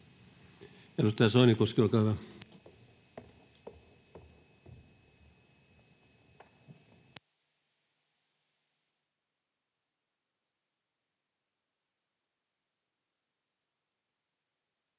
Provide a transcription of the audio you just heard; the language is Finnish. Edustaja Soinikoski, olkaa hyvä.